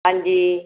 ਹਾਂਜੀ